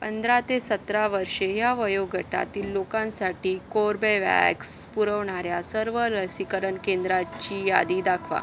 पंधरा ते सतरा वर्षे या वयोगटातील लोकांसाठी कोर्बेवॅक्स पुरवणाऱ्या सर्व लसीकरण केंद्राची यादी दाखवा